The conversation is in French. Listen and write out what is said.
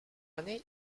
année